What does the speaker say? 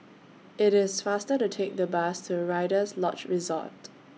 IT IS faster to Take The Bus to Rider's Lodge Resort